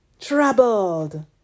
troubled